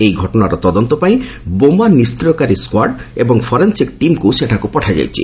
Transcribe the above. ଏହି ଘଟଣାର ତଦନ୍ତ ପାଇଁ ବୋମା ନିଷ୍ଟ୍ରିୟକାରୀ ସ୍କ୍ୱାର୍ଡ୍ ଏବଂ ଫରେନ୍ସିକ୍ ଟିମ୍କୁ ସେଠାକୁ ପଠାଯାଇଛି